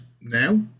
now